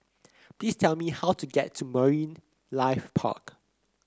please tell me how to get to Marine Life Park